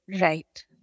Right